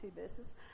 verses